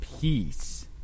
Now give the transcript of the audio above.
peace